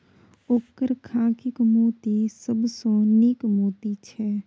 ओकर खाधिक मोती सबसँ नीक मोती छै